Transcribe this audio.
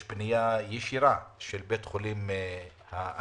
יש פנייה ישירה של בית החולים האנגלי-סקוטי,